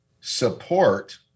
support